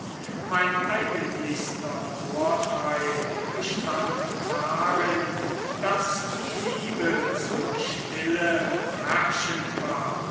mein eigentlichster vorteil bestand darin daß die liebe zur stille herrschend war